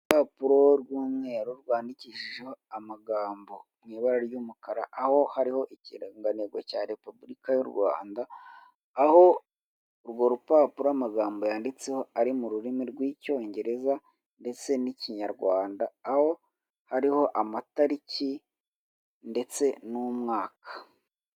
Urupapuro rw'umweru rwandikishijeho amagambo mu ibara ry'umukara aho hariho ikirangantego cya repubulika y u Rwanda, aho urwo rupapuro amagambo yanditseho ari mu rurimi rw'icyongereza ndetse n'ikinyarwanda, aho hariho amatariki ndetse n'umwaka.